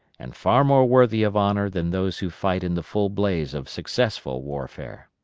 and far more worthy of honor than those who fight in the full blaze of successful warfare.